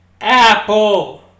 apple